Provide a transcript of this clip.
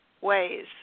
ways